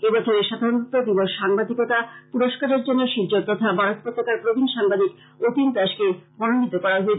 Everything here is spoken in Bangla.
এবছরের সাধারণতন্ত্র দিবস সাংবাদিকতা পুরস্কারের জন্য শিলচর তথা বরাক উপত্যকার প্রবীণ সাংবাদিক অতীন দাসকে মনোনীত করা হয়েছে